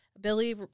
Billy